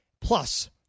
plus